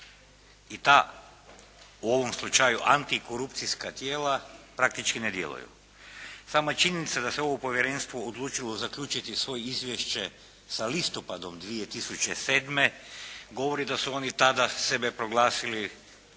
i ta u ovom slučaju antikorupcijska tijela praktički ne djeluju. Sama činjenica da se ovo povjerenstvo odlučilo zaključiti svoje izvješće sa listopadom 2007. govori da su oni tada sebe proglasili